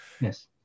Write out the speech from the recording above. Yes